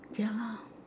ya lah